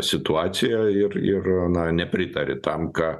situaciją ir ir na nepritari tam ką